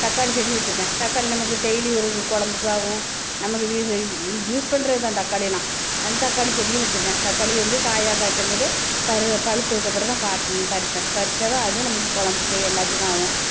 தக்காளி செடி வச்சுருக்கேன் தக்காளி நமக்கு டெய்லி ஒரு கொழம்புக்கு ஆகும் நம்ம யூஸ் பண்ணுறது தான் அந்த தாக்களியெல்லாம் அந் தக்காளி செடியும் வச்சுருக்கேன் தக்காளி வந்து காயாக காய்க்கும் போது பரு பழுத்ததுக்கு அப்புறம் தான் காய் பறிப்பேன் பறித்தாவே அது நமக்கு கொழம்புக்கும் எல்லாத்துக்கும் ஆகும்